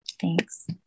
Thanks